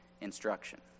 instruction